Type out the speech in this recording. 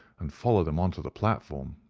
and followed them on to the platform.